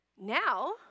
Now